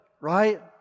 right